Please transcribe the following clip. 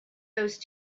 those